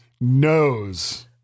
knows